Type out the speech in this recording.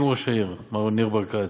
עם ראש העיר ניר ברקת,